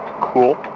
Cool